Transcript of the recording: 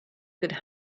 could